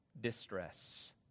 distress